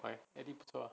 eddie 不错 ah